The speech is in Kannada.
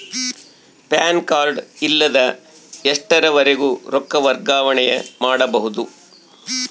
ಪ್ಯಾನ್ ಕಾರ್ಡ್ ಇಲ್ಲದ ಎಷ್ಟರವರೆಗೂ ರೊಕ್ಕ ವರ್ಗಾವಣೆ ಮಾಡಬಹುದು?